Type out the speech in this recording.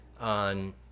on